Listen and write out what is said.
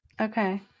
Okay